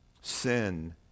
Sin